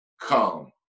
Come